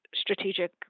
strategic